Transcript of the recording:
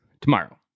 tomorrow